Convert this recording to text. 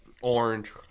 Orange